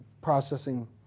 processing